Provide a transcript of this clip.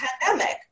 pandemic